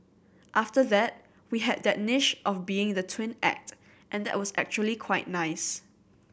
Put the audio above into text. after that we had that niche of being the twin act and that was actually quite nice